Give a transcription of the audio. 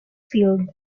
field